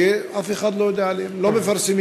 ואף אחד לא יודע עליהן, לא מפרסמים.